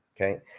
okay